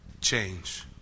change